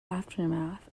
aftermath